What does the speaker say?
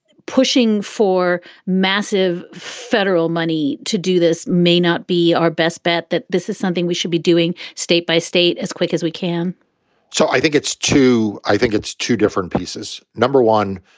pushing for massive federal money to do this may not be our best bet that this is something we should be doing. state by state as quick as we can so i think it's too. i think it's two different pieces. number one,